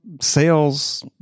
sales